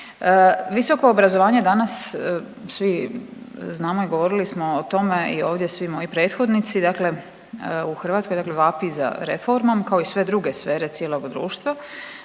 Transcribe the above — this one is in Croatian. Visoko obrazovanje danas, svi znamo i govorili smo o tome i ovdje svi moji prethodnici, dakle u Hrvatskoj dakle vapi za reformom kao i sve druge sfere cijelog društva,